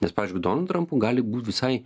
nes pavyzdžiui donaldui trampui gali būt visai